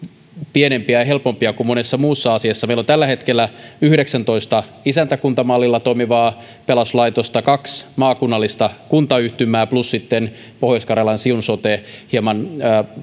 pienempiä ja helpompia kuin monessa muussa asiassa meillä on tällä hetkellä yhdeksällätoista isäntäkuntamallilla toimivaa pelastuslaitosta kaksi maakunnallista kuntayhtymää plus sitten pohjois karjalan siun sote hieman